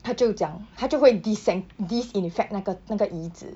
他就讲他就会 disen~ disinfect 那个那个椅子